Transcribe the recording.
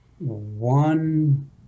one